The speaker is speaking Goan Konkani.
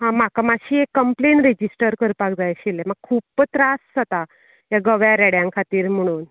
हा म्हाका मातशी एक कम्प्लेन्ट रेजिस्टर करपाक जाय आशिल्लें म्हाका खूब त्रास जाता ह्या गोव्या रेड्यां खातीर म्हणून